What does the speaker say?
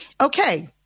Okay